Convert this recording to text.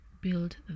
build